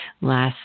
last